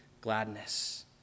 gladness